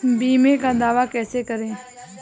बीमे का दावा कैसे करें?